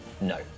No